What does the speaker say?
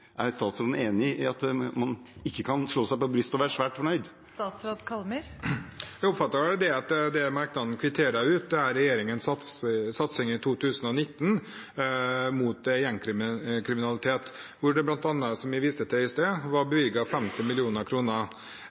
Er statsråden enig i at man ikke kan slå seg på brystet og være svært fornøyd? Jeg oppfatter vel at det merknaden kvitterer ut, er regjeringens satsing i 2019 mot gjengkriminalitet, hvor det bl.a. – som jeg viste til i sted – er bevilget 50